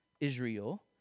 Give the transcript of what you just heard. Israel